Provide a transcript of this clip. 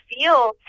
feel